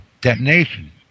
detonation